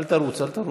אל תרוץ, אל תרוץ.